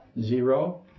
Zero